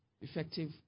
effective